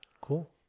Cool